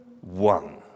one